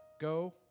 Go